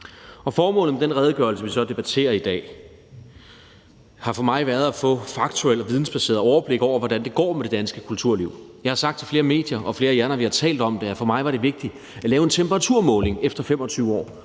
Formålet med den redegørelse, vi så debatterer i dag, har for mig været at få et faktuelt og vidensbaseret overblik over, hvordan det går med det danske kulturliv. Jeg har sagt til flere medier og flere af jer, når vi har talt om det, at for mig var det vigtigt at lave en temperaturmåling efter 25 år